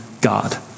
God